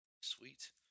Sweet